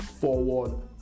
forward